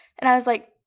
and i was like,